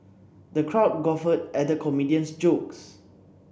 the crowd guffawed at the comedian's jokes